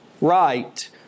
right